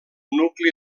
nucli